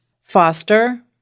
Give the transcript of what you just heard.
foster